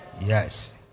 Yes